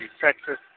Texas